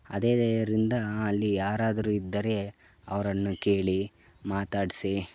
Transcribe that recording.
ಆದ್ದರಿಂದ ಅಲ್ಲಿ ಯಾರಾದರೂ ಇದ್ದರೆ ಅವರನ್ನು ಕೇಳಿ ಮಾತಾಡಿಸಿ